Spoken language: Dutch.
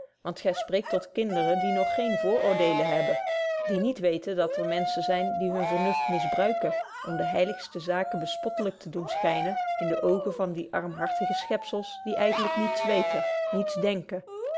opvoeding spreekt tot kinderen die nog geene vooroordeelen hebben die niet weten dat er menschen zyn die hun vernuft misbruiken om de heiligste zaken bespottelyk te doen schynen in de oogen van die armhartige schepzels die eigentlyk niets weten niets denken